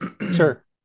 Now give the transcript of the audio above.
sure